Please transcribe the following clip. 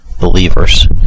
believers